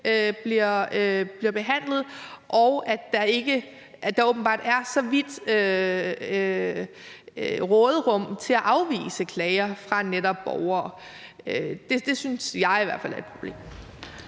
bliver behandlet, og at der åbenbart er så vidt et råderum i forhold til at afvise klager fra netop borgere. Det synes jeg i hvert fald er et problem.